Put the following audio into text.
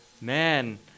man